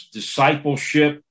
discipleship